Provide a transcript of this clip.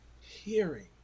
hearing